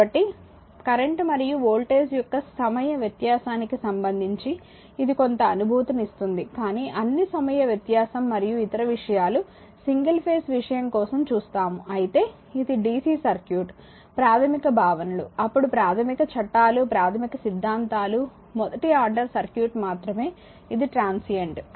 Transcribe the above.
కాబట్టి కరెంట్ మరియు వోల్టేజ్ యొక్క సమయ వ్యత్యాసానికి సంబంధించి ఇది కొంత అనుభూతిని ఇస్తుంది కానీ అన్ని సమయ వ్యత్యాసం మరియు ఇతర విషయాలు సింగిల్ ఫేజ్ విషయం కోసం చూస్తాము అయితే ఇది డిసి సర్క్యూట్ ప్రాథమిక భవనాలు అప్పుడు ప్రాథమిక చట్టాలు ప్రాథమిక సిద్ధాంతాలు మొదటి ఆర్డర్ సర్క్యూట్ మాత్రమే ఇది ట్రాన్షియంట్